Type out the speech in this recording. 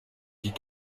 dit